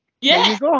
Yes